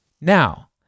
Now